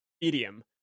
idiom